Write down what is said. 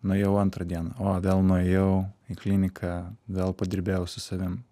nuėjau antrą dieną o vėl nuėjau į kliniką vėl padirbėjau su savim